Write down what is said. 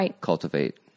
cultivate